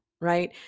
right